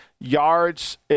yards